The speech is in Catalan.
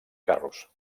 carros